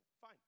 Fine